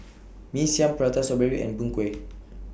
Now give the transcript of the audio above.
Mee Siam Prata Strawberry and Png Kueh